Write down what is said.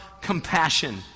compassion